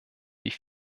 wie